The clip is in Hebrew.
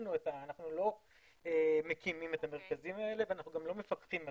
אנחנו לא מקימים את המרכזים האלה ואנחנו גם לא מפקחים עליהם.